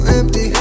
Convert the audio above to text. empty